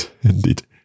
Indeed